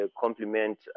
complement